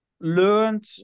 learned